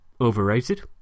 Overrated